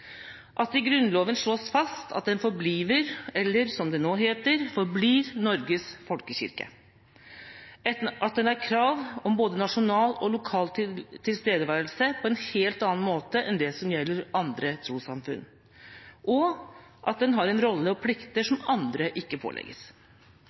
at det i Grunnloven slås fast at den «forbliver» – eller som det nå heter, «forblir» – Norges folkekirke, at den har krav på både nasjonal og lokal tilstedeværelse på en helt annen måte enn det som gjelder andre trossamfunn, og at den har en rolle og plikter